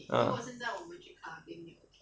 mm